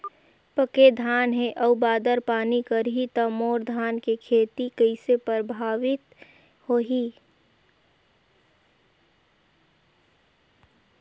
पके धान हे अउ बादर पानी करही त मोर धान के खेती कइसे प्रभावित होही?